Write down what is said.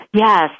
Yes